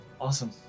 Awesome